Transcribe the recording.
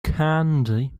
candy